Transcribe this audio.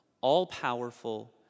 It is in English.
all-powerful